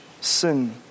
sin